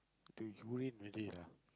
they urine already lah